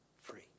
free